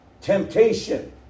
Temptation